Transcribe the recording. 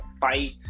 fight